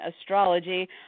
Astrology